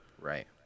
right